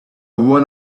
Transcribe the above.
one